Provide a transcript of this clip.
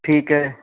ਠੀਕ ਹੈ